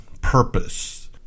purpose